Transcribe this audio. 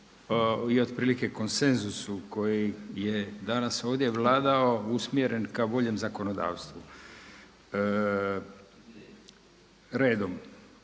i otprilike konsenzusu koji je danas ovdje vladao usmjeren k boljem zakonodavstvu. Redom,